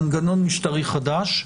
מנגנון משטרי חדש.